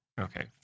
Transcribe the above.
Okay